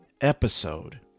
episode